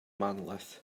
monolith